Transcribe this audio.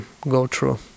go-through